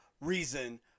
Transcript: reason